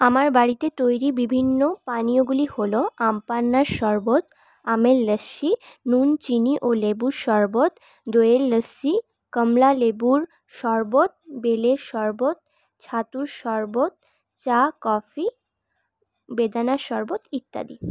আমার বাড়িতে তৈরি বিভিন্ন পানীয়গুলি হল আমপান্নার শরবত আমের লসসি নুন চিনি ও লেবুর শরবত দইয়ের লসসি কমলালেবুর শরবত বেলের শরবত ছাতুর শরবত চা কফি বেদানার শরবত ইত্যাদি